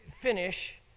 finish